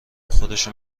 خودشو